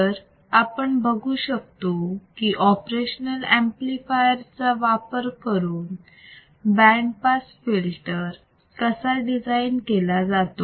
तर आपण बघू की ऑपरेशनाल अंपलिफायर चा वापर करून बँड पास फिल्टर कसा डिझाईन केला जातो